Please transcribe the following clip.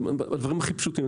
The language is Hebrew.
זה בדברים הכי פשוטים.